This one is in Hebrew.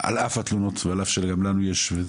על אף התלונות ועל אף שגם לנו יש.